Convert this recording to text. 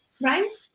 right